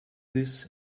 this